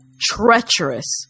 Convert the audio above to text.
treacherous